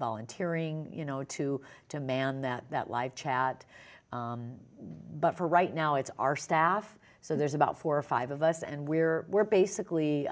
volunteering you know to demand that that live chat but for right now it's our staff so there's about four or five of us and we're we're basically